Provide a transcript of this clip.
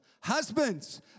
Husbands